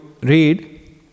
read